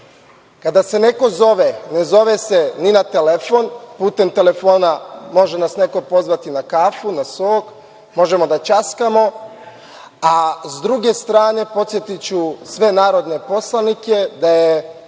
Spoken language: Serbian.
Kada se neko zove, ne zove se ni na telefon, putem telefona može nas neko pozvati na kafu, sok, možemo da ćaskamo. S druge strane, podsetiću sve narodne poslanike da je